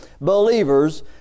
believers